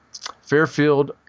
Fairfield